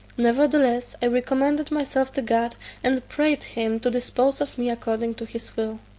nevertheless, i recommended myself to god and prayed him to dispose of me according to his will.